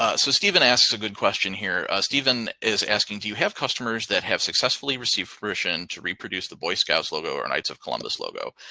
ah so steven asks a good question here. steven is asking do you have customers that have successfully received fruition to reproduce the boy scouts logo or knights of columbus logo?